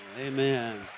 Amen